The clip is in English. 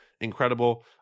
Incredible